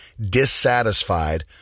dissatisfied